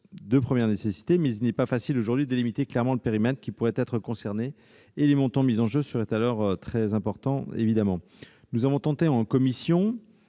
de première nécessité. Mais il n'est pas facile aujourd'hui de délimiter clairement le périmètre qui pourrait être concerné, et les montants mis en jeu seraient évidemment très importants. Nous avons tenté en commission